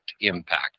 impact